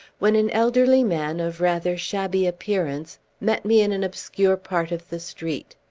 when an elderly man of rather shabby appearance met me in an obscure part of the street.